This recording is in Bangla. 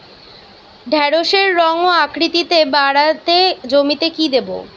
ঢেঁড়সের রং ও আকৃতিতে বাড়াতে জমিতে কি দেবো?